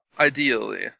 Ideally